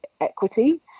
equity